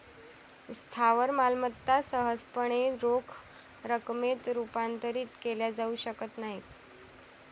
स्थावर मालमत्ता सहजपणे रोख रकमेत रूपांतरित केल्या जाऊ शकत नाहीत